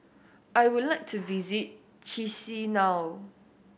I would like to visit Chisinau